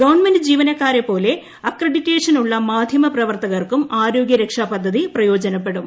government ജീവനക്കാരെപ്പോലെ അക്രെഡിറ്റേഷനുളള മാധ്യമപ്രവർത്തകർക്കും ആരോഗ്യരക്ഷാ പദ്ധതി പ്രയോജനപ്പെടും